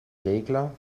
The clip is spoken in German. regler